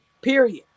period